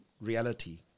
reality